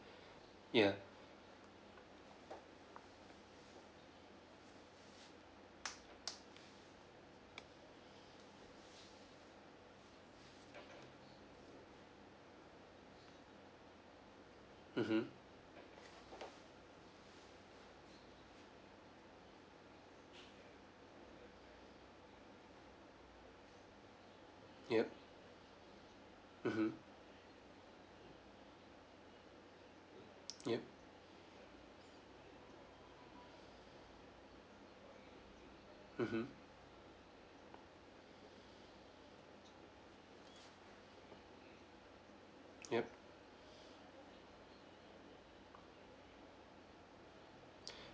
ya mmhmm yup mmhmm yup mmhmm yup